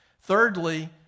Thirdly